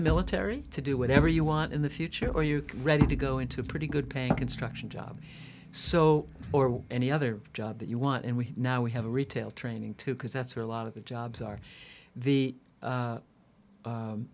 the military to do whatever you want in the future are you ready to go into a pretty good paying construction job so or any other job that you want and we now we have a retail training too because that's where a lot of the jobs are the